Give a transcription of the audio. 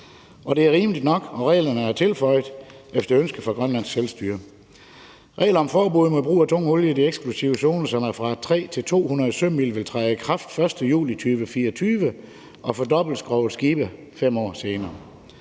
Det er rimeligt nok, og reglerne er tilføjet efter ønske fra Grønlands Selvstyre. Regler om forbud mod brug af tung olie i de eksklusive zoner, som er fra 3-200 sømil, vil træde i kraft den 1. juli 2024, og for dobbeltskrogede skibe 5 år senere.